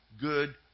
good